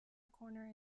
corner